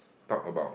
talk about